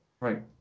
Right